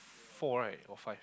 four right or five